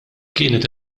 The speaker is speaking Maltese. kienet